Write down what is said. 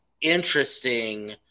interesting